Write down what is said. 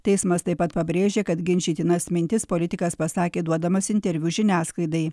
teismas taip pat pabrėžė kad ginčytinas mintis politikas pasakė duodamas interviu žiniasklaidai